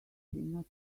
not